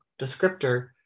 Descriptor